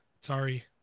Sorry